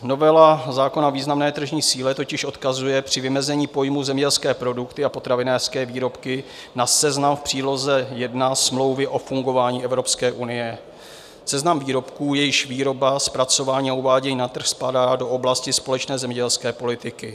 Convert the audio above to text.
Novela zákona o významné tržní síle totiž odkazuje při vymezení pojmu zemědělské produkty a potravinářské výrobky na seznam v příloze 1 smlouvy o fungování EU, Seznam výrobků, jejichž výroba, zpracování a uvádění na trh spadá do oblasti společné zemědělské politiky.